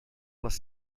les